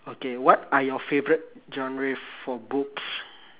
okay what are your favourite genre for books